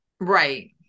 Right